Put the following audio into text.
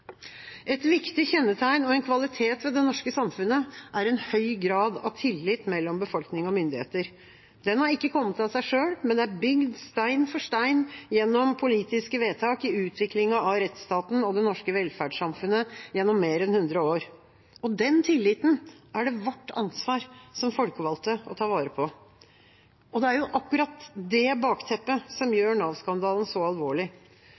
Et viktig kjennetegn og en kvalitet ved det norske samfunnet er en høy grad av tillit mellom befolkning og myndigheter. Den har ikke kommet av seg selv, men er bygd stein for stein gjennom politiske vedtak i utviklingen av rettsstaten og det norske velferdssamfunnet gjennom mer enn 100 år. Den tilliten er det vårt ansvar som folkevalgte å ta vare på. Det er akkurat det bakteppet som gjør Nav-skandalen så alvorlig.